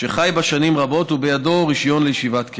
שחי בה שנים רבות ובידו רישיון לישיבת קבע.